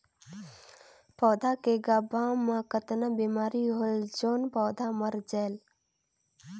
पौधा के गाभा मै कतना बिमारी होयल जोन पौधा मर जायेल?